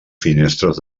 finestres